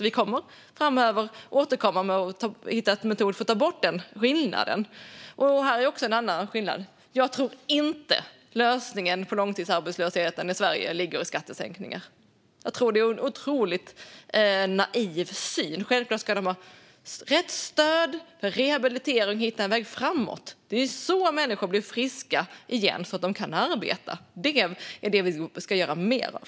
Vi kommer framöver att återkomma och hitta en metod för att ta bort den skillnaden. Här är en annan skillnad: Jag tror inte att lösningen på långtidsarbetslösheten i Sverige ligger i skattesänkningar. Jag tror att det är en otroligt naiv syn. Självklart ska det finnas rätt stöd och rehabilitering för att hitta en väg framåt; det är så människor blir friska igen, så att de kan arbeta. Det är det vi ska göra mer av.